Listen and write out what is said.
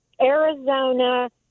Arizona